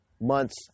months